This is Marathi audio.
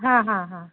हां हां हां